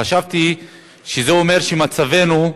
חשבתי שזה אומר שמצבנו,